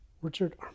Richard